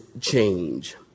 change